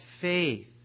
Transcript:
faith